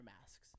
masks